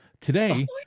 Today